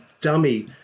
dummy